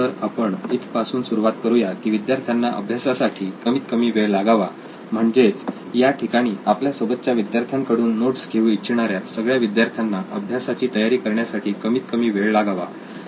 तर आपण इथपासून सुरुवात करुया की विद्यार्थ्यांना अभ्यासासाठी कमीत कमी वेळ लागावा म्हणजेच या ठिकाणी आपल्या सोबतच्या विद्यार्थ्यांकडून नोट्स घेऊ इच्छिणाऱ्या सगळ्या विद्यार्थ्यांना अभ्यासाची तयारी करण्यासाठी कमीत कमी वेळ लागावा